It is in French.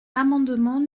l’amendement